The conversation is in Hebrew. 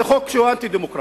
זה חוק שהוא אנטי-דמוקרטי.